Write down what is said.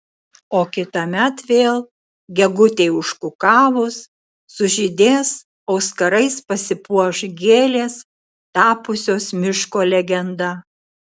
o kitąmet vėl gegutei užkukavus sužydės auskarais pasipuoš gėlės tapusios miško legenda